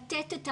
לתת את המענים,